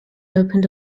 opened